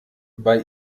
bei